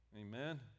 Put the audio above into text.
Amen